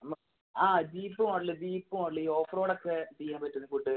നമുക്ക് ആ jeep model jeep model ഈ ഓഫ്റോഡ് ഒക്കെ ചെയ്യാൻ പറ്റുന്ന കൂട്ട്